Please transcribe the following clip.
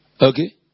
Okay